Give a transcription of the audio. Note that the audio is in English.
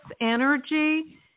energy